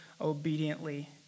obediently